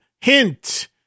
Hint